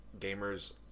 gamers